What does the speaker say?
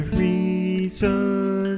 reason